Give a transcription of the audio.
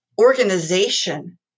organization